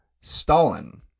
Stalin